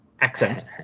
accent